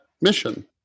mission